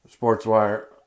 SportsWire